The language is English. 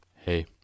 Hey